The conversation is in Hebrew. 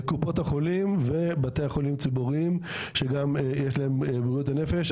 קופות החולים ובתי החולים הציבוריים שגם יש להם בריאות הנפש.